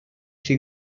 she